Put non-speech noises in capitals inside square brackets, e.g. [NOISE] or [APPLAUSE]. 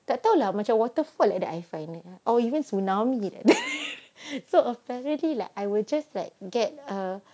tak tahu lah macam waterfall at that I find it or even tsunami [LAUGHS] so offence already like I will just like get err